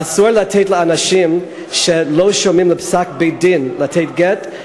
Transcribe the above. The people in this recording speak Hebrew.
אסור לתת לאנשים שלא שומעים לפסק בית-דין לתת גט,